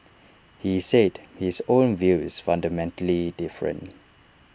he said his own view is fundamentally different